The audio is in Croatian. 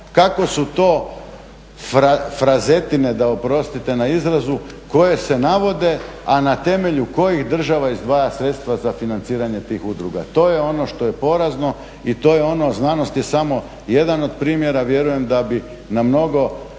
kako su to frazetine, da oprostite na izrazu koje se navode a na temelju kojih država izdvaja sredstva za financiranje tih udruga. To je ono što je porazno i to je ono, znanost je samo jedan od primjera, vjerujem da bi na mnogo